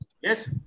Yes